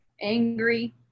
angry